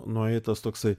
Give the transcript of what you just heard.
nueitas toksai